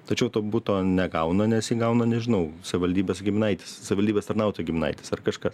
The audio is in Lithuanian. tačiau to buto negauna nes jį gauna nežinau savivaldybės giminaitis savivaldybės tarnautojo giminaitis ar kažkas